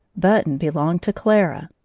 button belonged to clara.